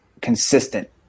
consistent